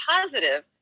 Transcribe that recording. positive